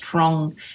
strong